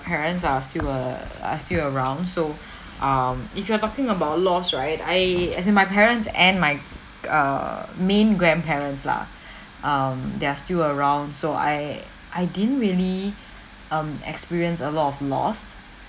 parents are still a are still around so um if you are talking about loss right I as in my parents and my g~ err main grandparents lah um they're still around so I I didn't really um experience a lot of loss